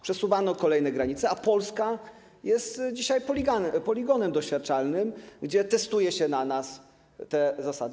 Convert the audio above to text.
Przesuwano kolejne granice, a Polska jest dzisiaj poligonem doświadczalnym, gdzie testuje się na nas te zasady.